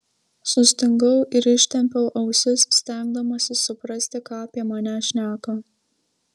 sustingau ir ištempiau ausis stengdamasis suprasti ką apie mane šneka